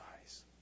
eyes